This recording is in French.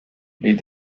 les